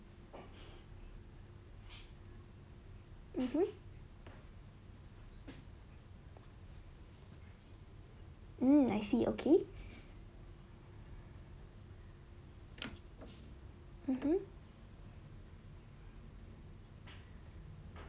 mmhmm mm I see okay mmhmm